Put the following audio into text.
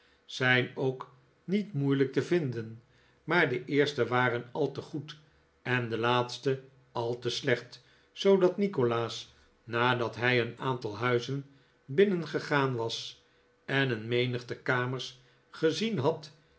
zijn ook niet moeilijk te vinderi maar de eerste waren al te goed en de laatste al te slecht zoodat nikolaas nadat hij een aantal huizen binnengegaan was en een menigte kamers gezien had